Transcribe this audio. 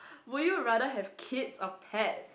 where you rather have kids or pets